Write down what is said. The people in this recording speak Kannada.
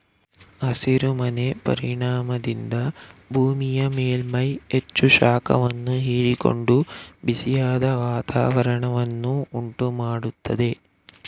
ಹಸಿರು ಮನೆ ಪರಿಣಾಮದಿಂದ ಭೂಮಿಯ ಮೇಲ್ಮೈ ಹೆಚ್ಚು ಶಾಖವನ್ನು ಹೀರಿಕೊಂಡು ಬಿಸಿಯಾದ ವಾತಾವರಣವನ್ನು ಉಂಟು ಮಾಡತ್ತದೆ